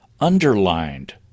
underlined